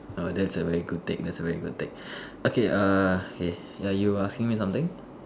no that's a very good take that's a very good take okay err K ya you asking me something